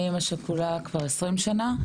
אני אימא שכולה כבר 20 שנה.